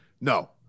No